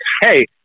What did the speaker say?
Hey